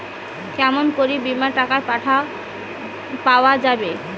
কেমন করি বীমার টাকা পাওয়া যাবে?